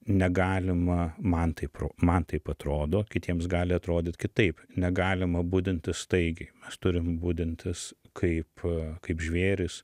negalima man taip ro man taip atrodo kitiems gali atrodyt kitaip negalima budintis staigiai turim budintis kaip kaip žvėrys